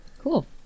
Cool